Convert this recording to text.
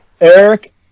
Eric